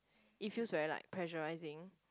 it feels very like pressurizing